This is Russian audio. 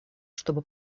чтобы